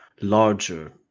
larger